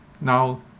now